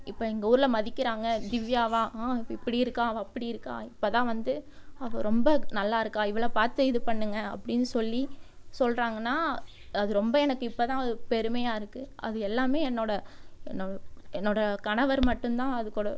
இப்போ எங்கள் ஊர்ல மதிக்கிறாங்க திவ்யாவா ஆ இவள் இப்படி இருக்காள் அவள் அப்படி இருக்காள் இப்போ தான் வந்து அவள் ரொம்ப நல்லா இருக்காள் இவளை பார்த்து இது பண்ணுங்க அப்படின் சொல்லி சொல்கிறாங்கனா அது ரொம்ப எனக்கு இப்போ தான் அது பெருமையாக இருக்குது அது எல்லாமே என்னோடய என்னோடய என்னோடய கணவர் மட்டுந்தான் அது கூட